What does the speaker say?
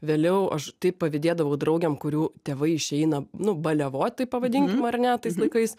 vėliau aš taip pavydėdavau draugėm kurių tėvai išeina nu baliavot taip pavadinkim ar ne tais laikais